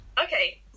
Okay